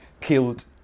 killed